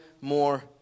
more